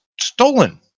stolen